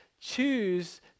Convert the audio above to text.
choose